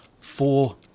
Four